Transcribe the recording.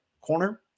corner